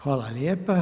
Hvala lijepa.